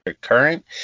current